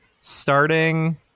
starting